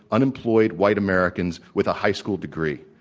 unemployed, white americans with a high school degree.